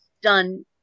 done